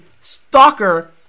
stalker